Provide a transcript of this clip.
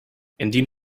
indien